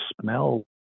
smell